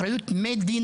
זו אחריות מדינתית.